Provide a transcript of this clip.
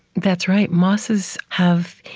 that's right. mosses have,